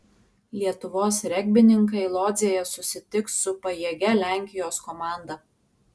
lietuvos regbininkai lodzėje susitiks su pajėgia lenkijos komanda